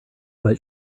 but